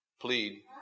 plead